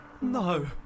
No